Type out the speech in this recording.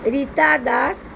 Rita Das